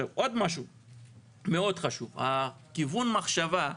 עוד משהו חשוב: כיוון המחשבה,